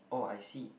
oh I see